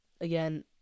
again